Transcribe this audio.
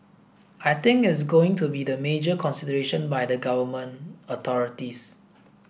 I think is going to be the major consideration by the Government authorities